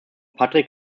patrick